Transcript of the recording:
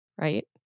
right